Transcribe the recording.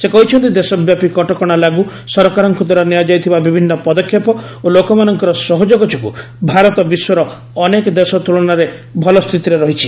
ସେ କହିଛନ୍ତି ଦେଶବ୍ୟାପୀ କଟକଣା ଲାଗୁ ସରକାରଙ୍କଦ୍ୱାରା ନିଆଯାଇଥିବା ବିଭିନ୍ନ ପଦକ୍ଷେପ ଓ ଲୋକମାନଙ୍କର ସହଯୋଗ ଯୋଗୁଁ ଭାରତ ବିଶ୍ୱର ଅନେକ ଦେଶ ତୁଳନାରେ ଭଲ ସ୍ଥିତିରେ ରହିଛି